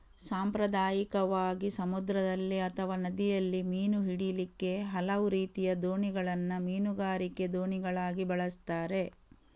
ಸಾಂಪ್ರದಾಯಿಕವಾಗಿ ಸಮುದ್ರದಲ್ಲಿ ಅಥವಾ ನದಿಯಲ್ಲಿ ಮೀನು ಹಿಡೀಲಿಕ್ಕೆ ಹಲವು ರೀತಿಯ ದೋಣಿಗಳನ್ನ ಮೀನುಗಾರಿಕೆ ದೋಣಿಗಳಾಗಿ ಬಳಸ್ತಾರೆ